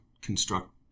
construct